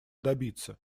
добиться